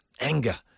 anger